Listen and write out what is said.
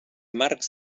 marcs